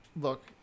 Look